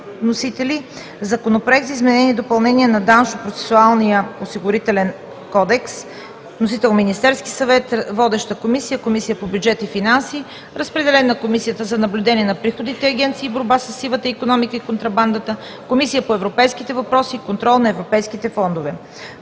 Веселинов. Законопроект за изменение и допълнение на Данъчно-процесуалния осигурителен кодекс. Вносител е Министерският съвет. Водещата комисия е Комисията по бюджет и финанси. Разпределен е на Комисията за наблюдение на приходните агенции и борба със сивата икономика и контрабандата, Комисията по европейските въпроси и контрол на европейските фондове.